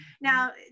now